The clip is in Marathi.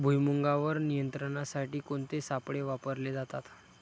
भुईमुगावर नियंत्रणासाठी कोणते सापळे वापरले जातात?